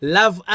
love